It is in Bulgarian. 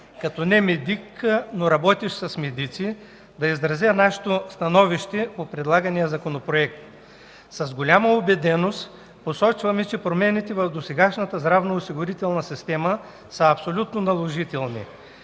като медик, но като работещ с медици, да изразя нашето становище по предлагания Законопроект. С голяма убеденост посочваме, че промените в досегашната здравноосигурителна система са абсолютно наложителни.